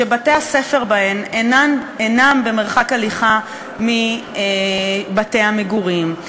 שבתי-הספר בהן אינם במרחק הליכה מבתי המגורים,